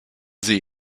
sie